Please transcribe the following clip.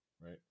right